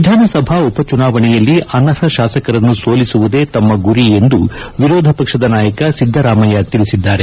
ವಿಧಾನಸಭಾ ಉಪಚುನಾವಣೆಯಲ್ಲಿ ಅನರ್ಹ ಶಾಸಕರನ್ನು ಸೋಲಿಸುವುದೇ ತಮ್ಮ ಗುರಿ ಎಂದು ವಿರೋಧ ಪಕ್ಷದ ನಾಯಕ ಸಿದ್ದರಾಮಯ್ಯ ತಿಳಿಸಿದ್ದಾರೆ